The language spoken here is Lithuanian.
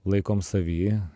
laikom savy